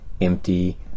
empty